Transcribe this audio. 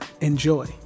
Enjoy